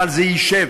אבל זה יֵשב,